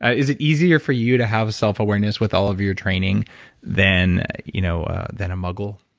ah is it easier for you to have self-awareness with all of your training than you know than a muggle?